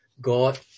God